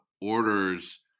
orders